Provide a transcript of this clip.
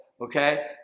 okay